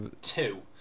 two